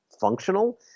functional